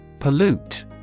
Pollute